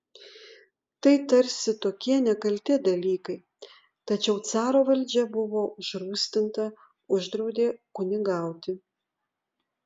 tai tarsi tokie nekalti dalykai tačiau caro valdžia buvo užrūstinta uždraudė kunigauti